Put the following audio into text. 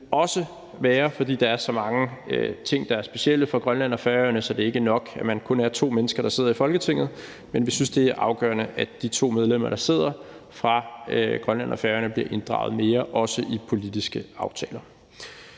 også være, fordi der er så mange ting, der er specielle for Grønland og Færøerne. Så det er ikke nok, at man kun er to mennesker, der sidder i Folketinget, men vi synes, det er afgørende, at de to medlemmer fra Grønland og de to medlemmer fra Færøerne, der sidder i Folketinget, bliver inddraget mere, også i politiske aftaler.